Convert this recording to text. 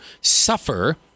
suffer